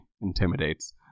intimidates